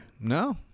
No